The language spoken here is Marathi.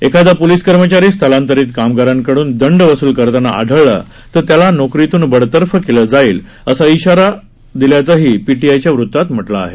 एखादा शोलिस कर्मचारी स्थलांतरित कामगारांकडून दंड वसूल करताना आढळला तर त्याला नोकरीतून बडतर्फ केलं जाईल असा इशारा दिला असल्याचंही पीटीआयच्या वृत्तात म्हटलं आहे